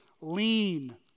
lean